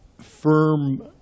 firm